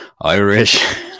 Irish